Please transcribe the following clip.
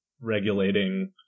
regulating